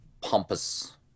pompous